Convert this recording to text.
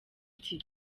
iti